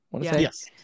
Yes